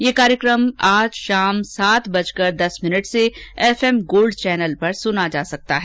यह कार्यक्रम आज शाम सात बजकर दस मिनट से एफएम गोल्ड चैनल पर सुना जा सकता है